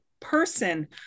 person